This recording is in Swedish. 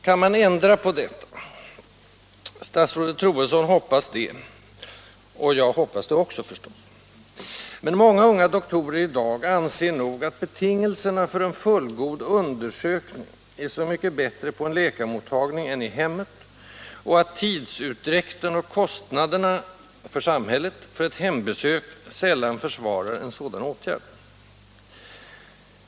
Kan man ändra på detta? Statsrådet Troedsson hoppas det, och jag hoppas det också. Om åtgärder mot vissa negativa tendenser inom Sjukvården 100 Många unga doktorer i dag anser nog att betingelserna för en fullgod undersökning är så mycket bättre på en läkarmottagning än i hemmet och att tidsutdräkten och kostnaderna för samhället för ett hembesök sällan försvarar en sådan åtgärd.